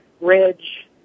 Ridge